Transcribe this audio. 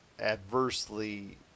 adversely